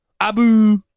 Abu